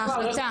ההחלטה.